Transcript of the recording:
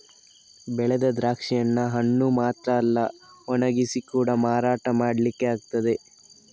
ಬೆಳೆದ ದ್ರಾಕ್ಷಿಯನ್ನ ಹಣ್ಣು ಮಾತ್ರ ಅಲ್ಲ ಒಣಗಿಸಿ ಕೂಡಾ ಮಾರಾಟ ಮಾಡ್ಲಿಕ್ಕೆ ಆಗ್ತದೆ